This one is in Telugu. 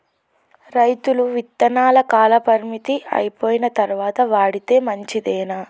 రైతులు విత్తనాల కాలపరిమితి అయిపోయిన తరువాత వాడితే మంచిదేనా?